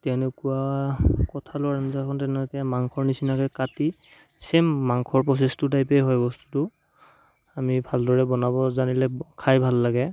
তেনেকুৱা কঁঠালৰ আঞ্জাখন তেনেকৈ মাংসৰ নিচিনাকৈ কাটি ছেইম মাংসৰ প্ৰছেছটোৰ টাইপেই হয় বস্তুটো আমি ভালদৰে বনাব জানিলে খাই ভাল লাগে